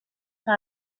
par